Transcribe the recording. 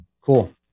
cool